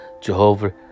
Jehovah